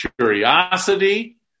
curiosity